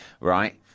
right